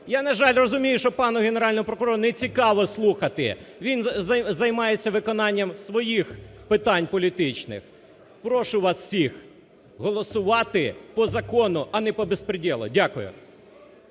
Я, на жаль, розумію, що пану Генеральному прокурору не цікаво слухати, він займається виконанням своїх питань політичних. Прошу вас всіх голосувати по закону, а не по беспрєделу. Дякую.